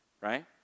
right